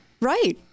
right